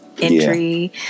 entry